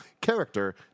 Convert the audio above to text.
character